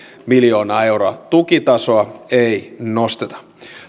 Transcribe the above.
miljoonaa euroa tukitasoa ei nosteta